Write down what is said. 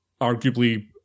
arguably